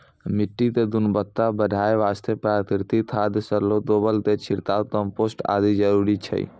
मिट्टी के गुणवत्ता बढ़ाय वास्तॅ प्राकृतिक खाद, सड़लो गोबर के छिड़काव, कंपोस्ट आदि जरूरी छै